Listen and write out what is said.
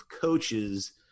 coaches